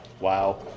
Wow